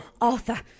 Arthur